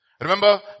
Remember